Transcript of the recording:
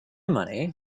money